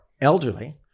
elderly